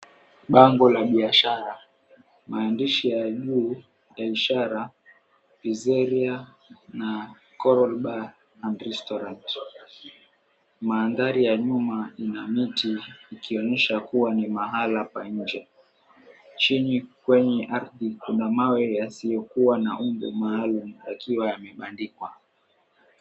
Bango la biashara lina maandishi ya juu ya ishara PIZZERIA na CORAL BAR & RESTAURANT . Mandhari ya nyuma ina miti ikionyesha kuwa ni mahala pa nje. Chini kwenye ardhi kuna mawe yasi𝑦okua na umbo maalum yakiwa yamebandikwa.